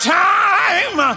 time